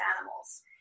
animals